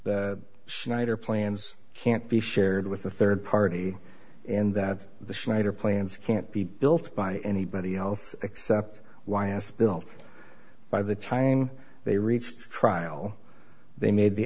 schneider plans can't be shared with a third party and that the schneider plans can't be built by anybody else except why ask built by the time they reached trial they made the